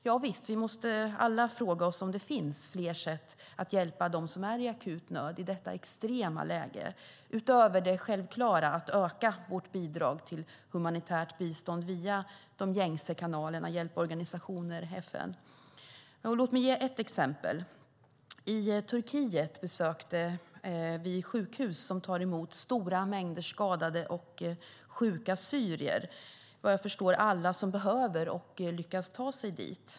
Javisst, vi måste alla fråga oss om det finns fler sätt att hjälpa dem som är i akut nöd i detta extrema läge, utöver det självklara att öka vårt bidrag till humanitärt bistånd via de gängse kanalerna: hjälporganisationerna och FN. Låt mig ge ett exempel! I Turkiet besökte vi sjukhus som tar emot stora mängder skadade och sjuka syrier, vad jag förstår alla som behöver och lyckas ta sig dit.